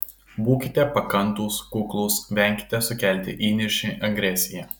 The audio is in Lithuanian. būkite pakantūs kuklūs venkite sukelti įniršį agresiją